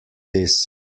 this